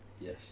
Yes